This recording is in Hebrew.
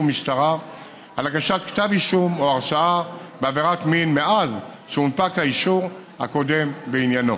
על הגשת כתב אישום או הרשעה בעבירת מין מאז הונפק האישור הקודם בעניינו.